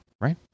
Right